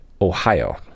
Ohio